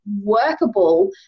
workable